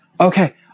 Okay